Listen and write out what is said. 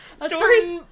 stories